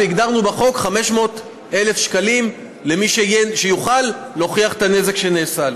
והגדרנו בחוק 500,000 שקלים למי שיוכל להוכיח את הנזק שנעשה לו.